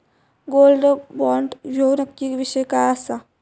Gold bond ह्यो नक्की विषय काय आसा?